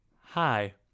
Hi